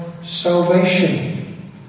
salvation